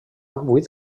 vuit